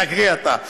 תקריא אתה.